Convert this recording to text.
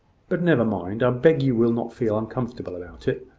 but never mind. i beg you will not feel uncomfortable about it.